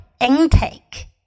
intake